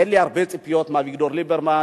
אין לי הרבה ציפיות מאביגדור ליברמן,